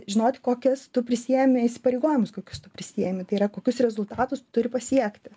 žinot kokias tu prisiimi įsipareigojimus kokius tu prisiimi tai yra kokius rezultatus tu turi pasiekti